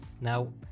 now